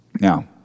Now